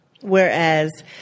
Whereas